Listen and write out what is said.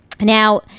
Now